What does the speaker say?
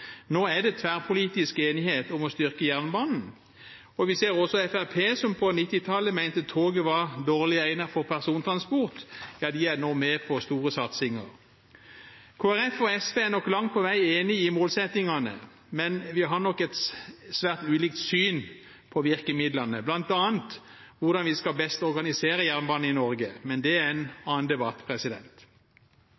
Nå er det tverrpolitisk enighet om å styrke jernbanen. Vi ser også at Fremskrittspartiet, som på 1990-tallet mente at toget var dårlig egnet for persontransport, nå er med på store satsinger. Kristelig Folkeparti og SV er nok langt på vei enige om målsettingene, men vi har svært ulikt syn på virkemidlene, bl.a. hvordan vi best skal organisere jernbanen i Norge. Men det er en